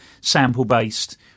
sample-based